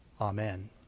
Amen